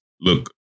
look